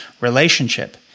relationship